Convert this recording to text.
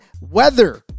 weather